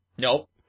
Nope